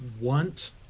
want